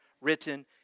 written